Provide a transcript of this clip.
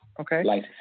Okay